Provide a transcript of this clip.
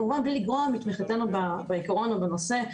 כמובן בלי לגרוע מתמיכתנו בעיקרון או בנושא,